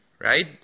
right